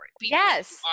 Yes